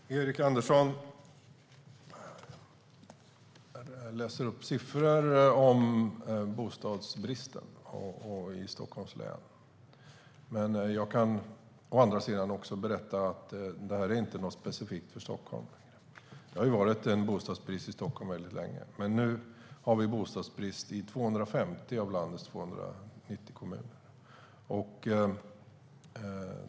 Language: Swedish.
Fru talman! Erik Andersson läser upp siffror om bostadsbristen i Stockholms län. Jag kan å andra sidan berätta att detta inte är något som är specifikt för Stockholm. Det har varit bostadsbrist i Stockholm väldigt länge, men nu har vi bostadsbrist i 250 av landets 290 kommuner.